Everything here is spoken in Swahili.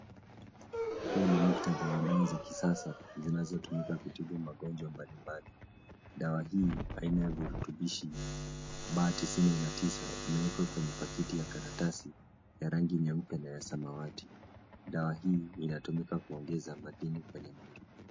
Huu ni muktadha wa dawa za kisasa zinazotumika kutibu magonjwa mbali mbali. Dawa hii aina ya virutubishi baa tisini na tisa imewekwa kwenye pakiti ya karatasi ya rangi nyeupe na ya samawati. Dawa hii inatumika kuongeza madini kwenye mimea.